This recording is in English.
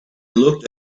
looked